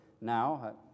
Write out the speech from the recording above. now